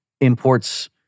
imports